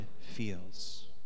feels